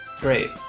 Great